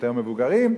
היותר מבוגרים,